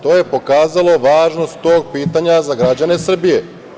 To je pokazalo važnost tog pitanja za građane Srbije.